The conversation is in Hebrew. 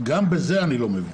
גם בזה אני לא מבין.